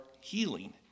healing